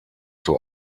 zur